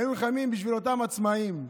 היינו נלחמים בשביל אותם עצמאים.